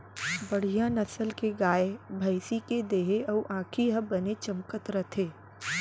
बड़िहा नसल के गाय, भँइसी के देहे अउ आँखी ह बने चमकत रथे